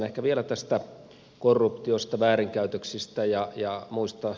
ehkä vielä tästä korruptiosta väärinkäytöksistä ja muista